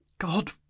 God